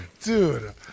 Dude